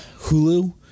Hulu